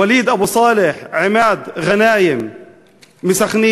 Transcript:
וליד אבו סאלח ועימאד גנאים מסח'נין,